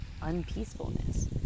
unpeacefulness